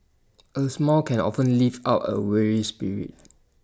A smile can often lift up A weary spirit